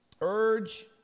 Urge